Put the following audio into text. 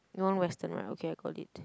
non-Western right okay I got it